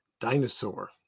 dinosaur